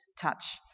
touch